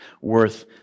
worth